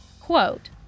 quote